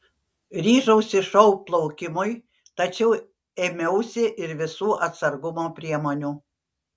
ryžausi šou plaukimui tačiau ėmiausi ir visų atsargumo priemonių